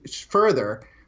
further